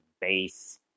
base